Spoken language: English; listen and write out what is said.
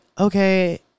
okay